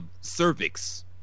cervix